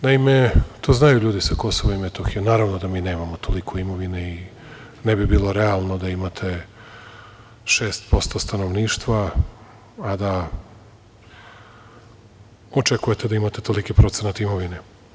Naime, to znaju ljudi sa Kosova i Metohije, naravno da mi nemamo toliko imovine i ne bi bilo realno da imate 6% stanovništva, a da očekujete da imate toliki procenat imovine.